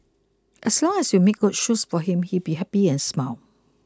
as long as you made good shoes for him he'd be happy and smile